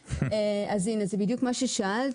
הנה, זה בדיוק מה ששאלת.